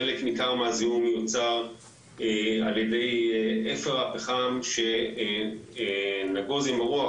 חלק ניכר מהזיהום יוצר על ידי אפר הפחם שנגוז עם הרוח,